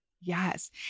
Yes